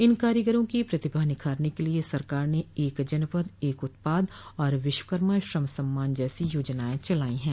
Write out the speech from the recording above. इन कारीगरों की प्रतिभा निखारने के लिये सरकार ने एक जनपद एक उत्पाद और विश्वकर्मा श्रम सम्मान जैसी योजनाएं चलाई है